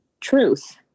truth